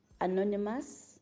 Anonymous